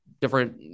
different